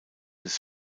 des